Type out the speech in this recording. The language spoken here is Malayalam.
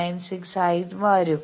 1996 ആയി വരും